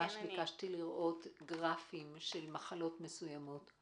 ממש ביקשתי לראות גרפים של מחלות מסוימות.